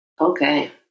okay